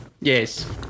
Yes